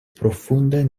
profundajn